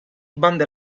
bande